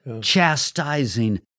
chastising